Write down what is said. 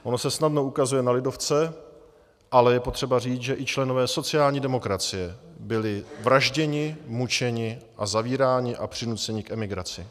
Ono se snadno ukazuje na lidovce, ale je potřeba říct, že i členové sociální demokracie byli vražděni, mučeni, zavíráni a přinuceni k emigraci.